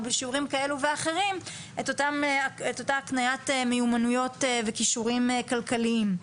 או בשיעורים כאלה ואחרים את אותה הקניית מיומנויות וכישורים כלכליים.